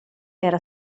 era